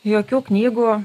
jokių knygų